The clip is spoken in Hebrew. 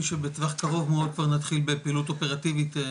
שבטווח קרוב מאוד כבר נתחיל בפעילות אופרטיבית.